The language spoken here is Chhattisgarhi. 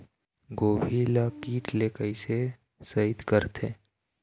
गोभी ल कीट ले कैसे सइत करथे?